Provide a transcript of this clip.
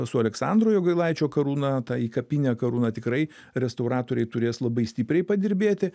su aleksandro jogailaičio karūna ta įkapine karūna tikrai restauratoriai turės labai stipriai padirbėti